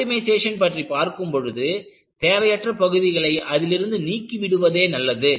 optimisation பற்றி பார்க்கும் பொழுது தேவையற்ற பகுதிகளை அதிலிருந்து நீக்கி விடுவதே நல்லது